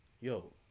yo